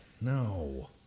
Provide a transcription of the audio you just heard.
No